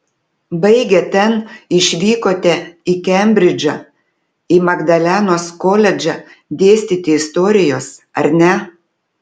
baigę ten išvykote į kembridžą į magdalenos koledžą dėstyti istorijos ar ne